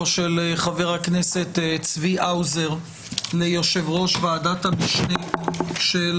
של חבר הכנסת צבי האוזר ליושב-ראש ועדת המשנה של